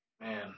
Man